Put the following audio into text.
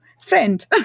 Friend